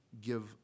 give